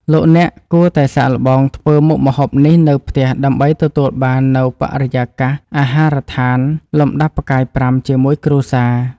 លោកអ្នកគួរតែសាកល្បងធ្វើមុខម្ហូបនេះនៅផ្ទះដើម្បីទទួលបាននូវបរិយាកាសអាហារដ្ឋានលំដាប់ផ្កាយប្រាំជាមួយគ្រួសារ។